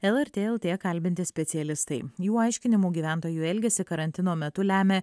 lrt lt kalbinti specialistai jų aiškinimu gyventojų elgesį karantino metu lemia